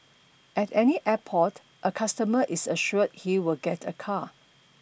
at any airport a customer is assured he will get a car